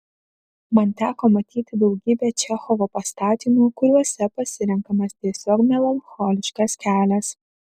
man teko matyti daugybę čechovo pastatymų kuriuose pasirenkamas tiesiog melancholiškas kelias